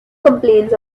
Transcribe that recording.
complaints